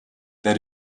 their